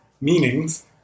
Meanings